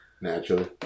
naturally